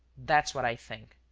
that's what i think.